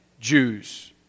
Jews